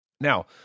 Now